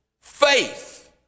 Faith